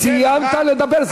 סיימת לדבר.